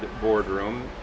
Boardroom